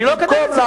אני לא אקדם את זה.